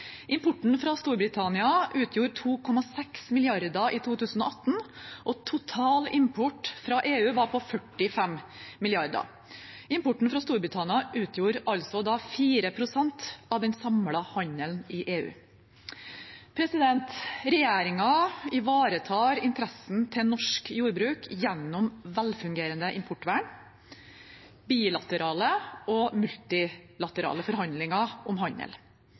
Importen fra Storbritannia utgjorde 2,6 mrd. kr i 2018, og total import fra EU var på 45 mrd. kr. Importen fra Storbritannia utgjorde altså 4 pst. av den samlede handelen i EU. Regjeringen ivaretar interessen til norsk jordbruk gjennom velfungerende importvern, bilaterale og multilaterale forhandlinger om handel.